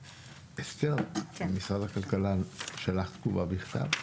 אסתר, האם משרד הכלכלה שלח תגובה בכתב?